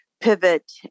pivot